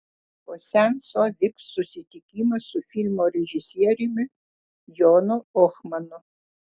po seanso vyks susitikimas su filmo režisieriumi jonu ohmanu